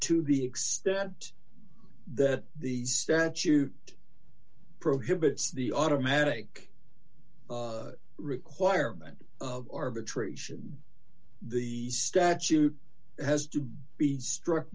be extent that the statute prohibits the automatic requirement of arbitration the statute has to be struck